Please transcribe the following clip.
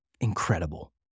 incredible